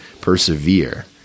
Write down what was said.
persevere